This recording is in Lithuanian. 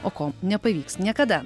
o ko nepavyks niekada